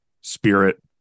spirit